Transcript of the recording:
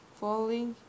falling